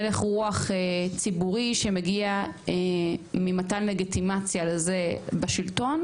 הלך רוח ציבורי שמגיע ממתן לגיטימציה לזה בשלטון,